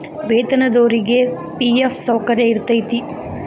ವೇತನದೊರಿಗಿ ಫಿ.ಎಫ್ ಸೌಕರ್ಯ ಇರತೈತಿ